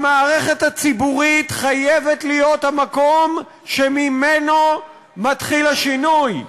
המערכת הציבורית חייבת להיות המקום שממנו מתחיל השינוי,